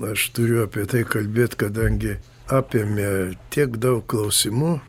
aš turiu apie tai kalbėt kadangi apėmė tiek daug klausimų